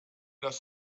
das